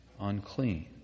unclean